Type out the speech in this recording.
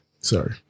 Sorry